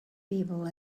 people